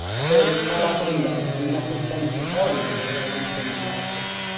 the field is highlighted in red and the message changes to tell the user they have entered too many characters.